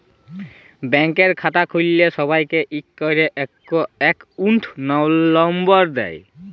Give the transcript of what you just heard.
ব্যাংকের খাতা খুল্ল্যে সবাইকে ইক ক্যরে একউন্ট লম্বর দেয়